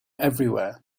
everywhere